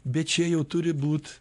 bet čia jau turi būt